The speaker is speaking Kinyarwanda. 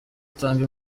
itanga